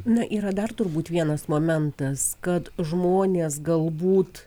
na yra dar turbūt vienas momentas kad žmonės galbūt